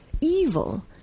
evil